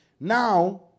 Now